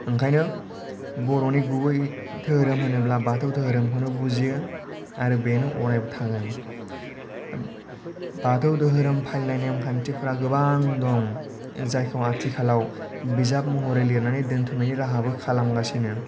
ओंखायनो बर'नि गुबै धोरोम होनोब्ला बाथौ धोरोमखौनो बुजियो आरो बेनो अरायबो थागोन बाथौ धोरोम फालिनाय नेम खान्थिफोरा गोबां दं जायखौ आथिखालाव बिजाब महरै लिरनानै दोनथ'नायनि राहाबो खालामगासिनो